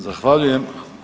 Zahvaljujem.